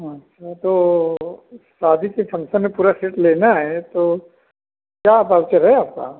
अच्छा तो शादी के फंक्शन में पूरा सेट लेना है तो क्या है आपका